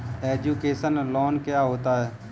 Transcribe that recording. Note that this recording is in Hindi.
एजुकेशन लोन क्या होता है?